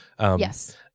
Yes